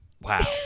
wow